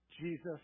Jesus